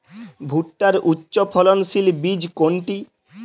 ভূট্টার উচ্চফলনশীল বীজ কোনটি?